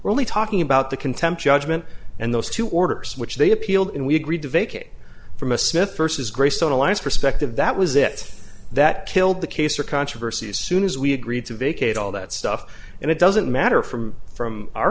only talking about the contempt judgment and those two orders which they appealed and we agreed to vacate from a smith versus greystone alliance perspective that was it that killed the case or controversy as soon as we agreed to vacate all that stuff and it doesn't matter from from our